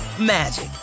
magic